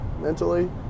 mentally